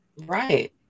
right